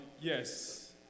Yes